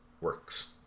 works